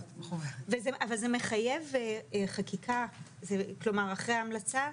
זה מחייב חקיקה אחרי ההמלצה.